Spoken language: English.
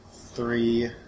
three